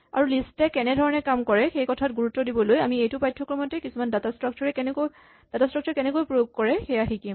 আৰু লিষ্ট এ কেনেদৰে কাম কৰে সেইকথাত গুৰুত্ব দিবলৈ আমি এইটো পাঠ্যক্ৰমতে কিছুমান ডাটা স্ট্ৰাক্সাৰ কেনেকৈ প্ৰয়োগ কৰে সেয়া শিকিম